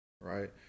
right